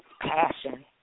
Passion